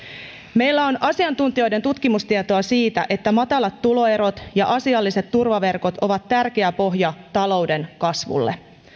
meillä on asiantuntijoiden tutkimustietoa siitä että matalat tuloerot ja asialliset turvaverkot ovat tärkeä pohja talouden kasvulle